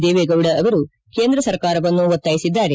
ದೇವೇಗೌಡ ಅವರು ಕೇಂದ್ರ ಸರ್ಕಾರವನ್ನು ಒತ್ತಾಯಿಸಿದ್ದಾರೆ